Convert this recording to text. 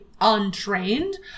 untrained